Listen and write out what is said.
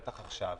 בטח עכשיו.